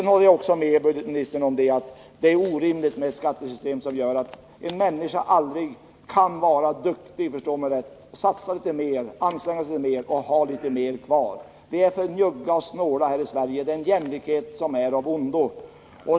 Jag håller också med budgetministern om att det är orimligt med ett skattesystem som gör att en människa aldrig kan vara duktig, satsa litet mer eller anstränga sig mer och kunna ha litet mer kvar. Vi är för njugga och snåla här i Sverige — det är en jämlikhet som är av ondo.